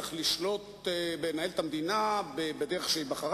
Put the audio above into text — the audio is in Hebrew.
לדחות את זה ל-107 ימים זה ממש לא ברור